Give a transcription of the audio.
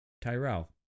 Tyrell